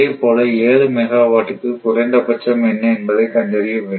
அதே போல 7 மெகாவாட்டுக்கு குறைந்த பட்சம் என்ன என்பதைக் கண்டறிய வேண்டும்